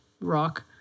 rock